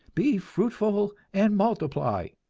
be fruitful and multiply.